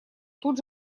тут